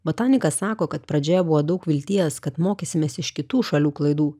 botanikas sako kad pradžioje buvo daug vilties kad mokysimės iš kitų šalių klaidų